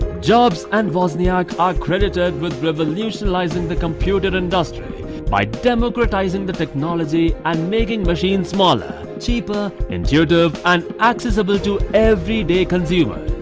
jobs and wozniak are credited with revolutionising the computer industry by democratising the technology and making machine smaller, cheaper, intuitive and accessible to everyday consumers.